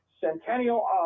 centennial